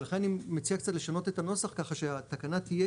ולכן אני מציע קצת לשנות את הנוסח כך שהתקנה תהיה